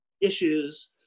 issues